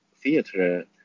theatre